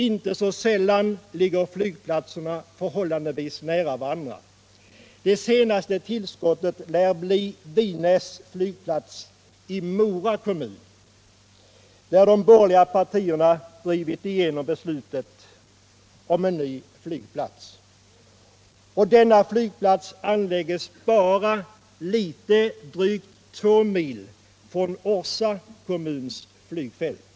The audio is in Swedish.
Inte så sällan ligger flygplat serna förhållandevis nära varandra. Det senaste tillskottet lär bli Vinäs — Nr 53 flygplats i Mora kommun, där de borgerliga partierna har drivit igenom Torsdagen den beslutet om en ny flygplats. Denna flygplats anläggs bara litet drygt 2 15 december 1977 mil från Orsa kommuns flygfält.